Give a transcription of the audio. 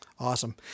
Awesome